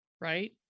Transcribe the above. right